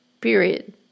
period